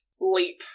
leap